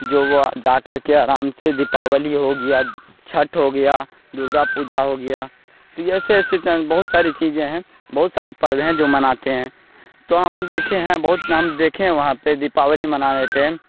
جو وہ جا کر کے آرام سے دیپاولی ہو گیا چھٹھ ہو گیا درگا پوجا ہو گیا تو یہ ایسے ایسے چند بہت ساری چیزیں ہیں بہت ساری پرب ہیں جو مناتے ہیں تو ہم دیکھیں ہیں بہت ہم دیکھیں ہیں وہاں پہ دیپاولی مناتے ٹیم